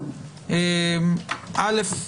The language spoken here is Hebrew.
אל"ף,